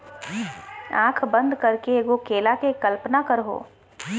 आँखें बंद करके एगो केला के कल्पना करहो